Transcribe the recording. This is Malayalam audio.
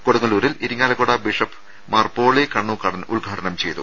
കൊടുങ്ങല്ലൂരിൽ ഇരിങ്ങാലക്കുട ബിഷപ്പ് മാർ പോളി കണ്ണൂക്കാടൻ ഉദ്ഘാടനം ചെയ്തു